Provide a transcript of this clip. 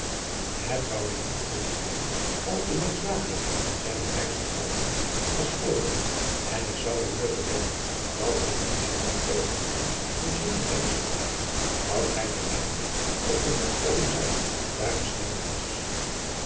het zou mij niet ontschieten of de noodzakelijkheid van zijne reis naar alkmaar was voorgewend en ik zou wel durven wedden dat hij niet zonder oogmerk en zonder kennis te dragen dat gij te egmond op den hoef komen zoudt daar verschenen was